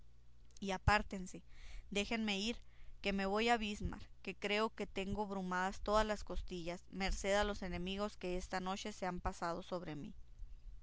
y apártense déjenme ir que me voy a bizmar que creo que tengo brumadas todas las costillas merced a los enemigos que esta noche se han paseado sobre mí